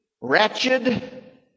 wretched